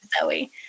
Zoe